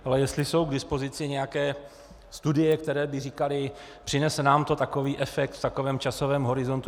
Ale jestli jsou k dispozici nějaké studie, které by říkaly: přinese nám to takový efekt v takovém časovém horizontu.